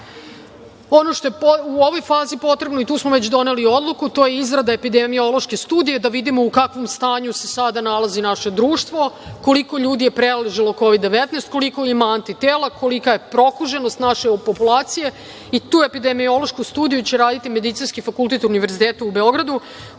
što je u ovoj fazi potrebno, i tu smo već doneli odluku, to je izrada epidemiološke studije da vidimo u kakvom stanju se sada nalazi naše društvo, koliko je ljudi preležalo Kovid–19, koliko ima antitela, kolika je prokuženost naše populacije i tu epidemiološku studiju će raditi Medicinski fakultet Univerziteta u Beogradu.